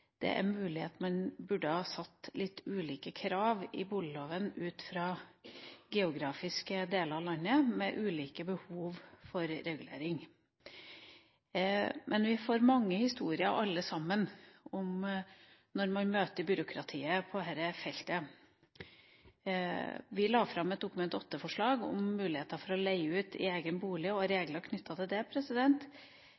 Det er mulig at man burde ha satt litt ulike krav i boligloven ut fra geografiske deler av landet med ulike behov for regulering. Men vi får alle sammen mange historier om møter med byråkratiet på dette feltet. Vi har lagt fram et Dokument 8-forslag om muligheter for å leie ut egen bolig og